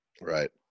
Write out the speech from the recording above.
Right